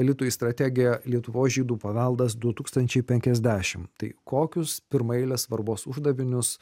elitui strategiją lietuvos žydų paveldas du tūkstančiai penkiasdešimt tai kokius pirmaeilės svarbos uždavinius